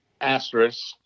asterisk